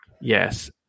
Yes